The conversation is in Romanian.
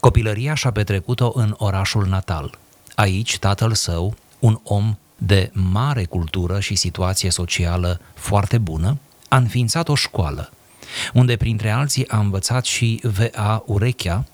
Copilăria și-a petrecut-o în orașul natal. Aici, tatăl său, un om de mare cultură și situație socială foarte bună, a înființat o școală, unde, printre alții, a învățat și V.A. Urechea,